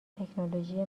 تکنولوژی